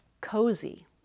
cozy